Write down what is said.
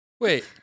Wait